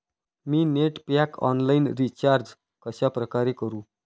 मी net pack online recharge कशाप्रकारे करु?